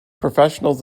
professionals